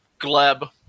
Gleb